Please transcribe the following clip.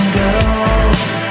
girls